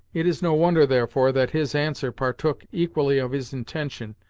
it is no wonder, therefore, that his answer partook equally of his intention,